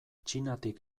txinatik